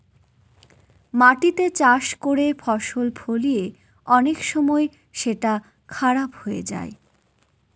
মাটিতে চাষ করে ফসল ফলিয়ে অনেক সময় সেটা খারাপ হয়ে যায়